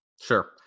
sure